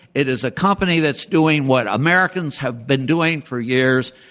it is a company that's doing what americans have been doing for years,